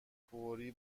فوری